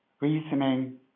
reasoning